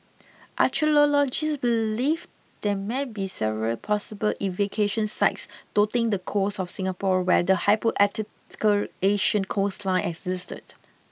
archaeologists believe there may be several possible excavation sites dotting the coast of Singapore where the hypothetical ancient coastline existed